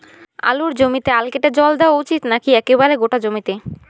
আলুর জমিতে আল কেটে জল দেওয়া উচিৎ নাকি একেবারে গোটা জমিতে?